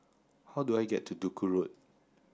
how do I get to Duku Road